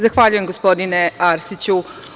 Zahvaljujem, gospodine Arsiću.